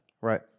Right